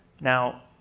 now